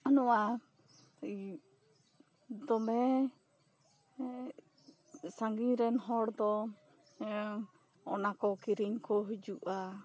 ᱱᱚᱣᱟ ᱫᱚᱢᱮ ᱥᱟᱺᱜᱤᱧ ᱨᱮᱱ ᱦᱚᱲᱫᱚ ᱚᱱᱟ ᱠᱚ ᱠᱤᱨᱤᱧ ᱠᱚ ᱦᱤᱡᱩᱜᱼᱟ